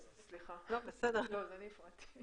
איזוק אלקטרוני כי ברירת המחדל שלהן הוא לא לתת איזוק אלקטרוני.